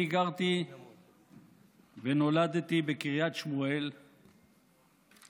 אני גרתי ונולדתי בקריית שמואל שבחיפה,